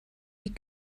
die